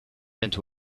into